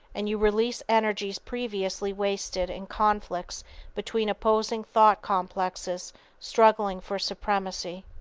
and you release energies previously wasted in conflicts between opposing thought complexes struggling for supremacy.